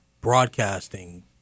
broadcasting